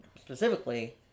specifically